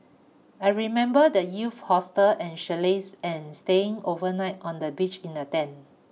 I remember the youth hostels and chalets and staying overnight on the beach in a tent